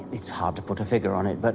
it's hard to put a figure on it, but